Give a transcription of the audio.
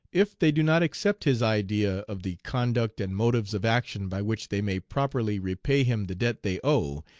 if they do not accept his idea of the conduct and motives of action by which they may properly repay him the debt they owe,